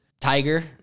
Tiger